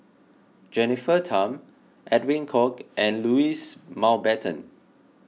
Jennifer Tham Edwin Koek and Louis Mountbatten